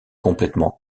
complètement